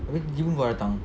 abeh baru datang